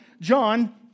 John